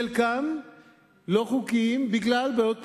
חלקם לא חוקיים בגלל בעיות פרוצדורליות,